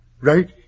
Right